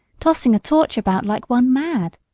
tossing a torch about like one mad.